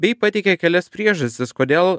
bei pateikė kelias priežastis kodėl